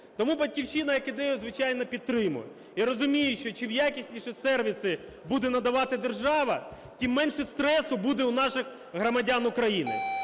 Тому "Батьківщина" як ідею, звичайно, підтримує, і розуміючи, чим якісніші сервіси буде надавати держава, тим менше стресу буде у наших громадян України,